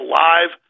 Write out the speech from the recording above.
live